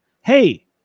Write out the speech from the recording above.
Hey